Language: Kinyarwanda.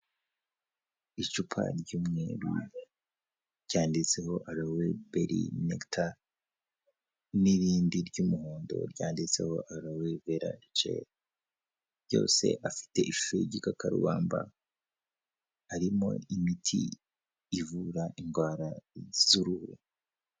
Icupa ry'umweru ryanditseho "Aloe Berry Nectar" n'irindi ry'umuhondo ryanditseho "Aloe Vera Gel" afite ihusho y'igikakabamba, arimo imiti ivura indwara z'uruhu.